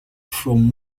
from